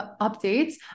updates